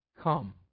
Come